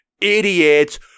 idiots